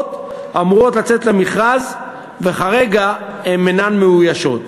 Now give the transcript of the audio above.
נוספות אמורות לצאת למכרז, וכרגע הן אינן מאוישות.